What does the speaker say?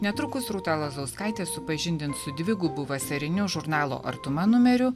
netrukus rūta lazauskaitė supažindins su dvigubu vasariniu žurnalo artuma numeriu